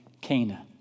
Cana